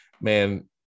Man